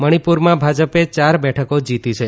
મણીપુરમાં ભાજપે ચાર બેઠકો જીતી છે